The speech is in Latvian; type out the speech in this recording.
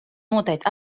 noteikti